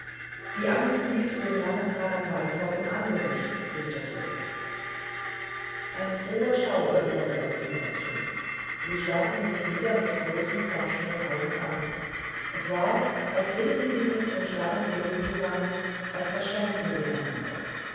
die angst liegt dem langen hagern weißrock im angesicht rief der dritte ein froher schauder überfloß die mädchen sie starrten sich wieder mit großen forschenden augen an es war als redeten sie mit den starrten blicken zusammen als verständen sie einander